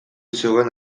zegoen